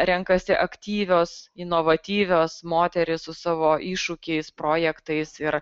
renkasi aktyvios inovatyvios moterys su savo iššūkiais projektais ir